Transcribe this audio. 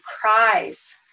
cries